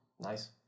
Nice